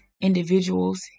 individuals